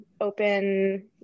open